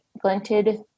glinted